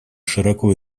широко